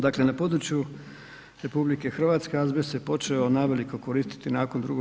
Dakle na području RH azbest se počeo naveliko koristiti nakon II.